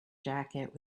jacket